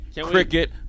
cricket